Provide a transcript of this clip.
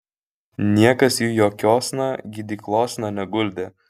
niekas jų jokiosna gydyklosna neguldė